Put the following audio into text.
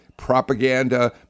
propaganda